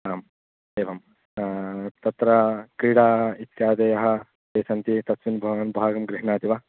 आम् एवं तत्र क्रीडा इत्यादयः के सन्ति तस्मिन् भवान् भागं गृह्णाति वा